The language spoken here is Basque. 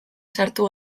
sartu